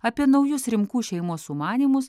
apie naujus rimkų šeimos sumanymus